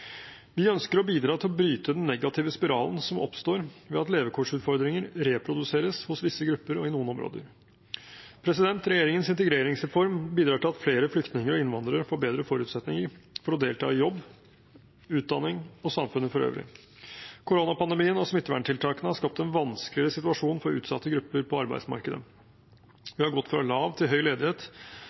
Vi ønsker å bidra til å bryte den negative spiralen som oppstår ved at levekårsutfordringer reproduseres hos visse grupper og i noen områder. Regjeringens integreringsreform bidrar til at flere flyktninger og innvandrere får bedre forutsetninger for å delta i jobb, utdanning og samfunnet for øvrig. Koronapandemien og smitteverntiltakene har skapt en vanskeligere situasjon for utsatte grupper på arbeidsmarkedet. Vi har gått fra lav til høy ledighet,